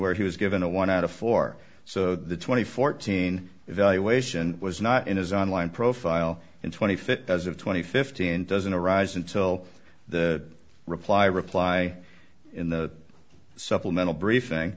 where he was given a one out of four so the twenty fourteen evaluation was not in his online profile in twenty fifth as of twenty fifteen doesn't arise until the reply reply in the supplemental briefing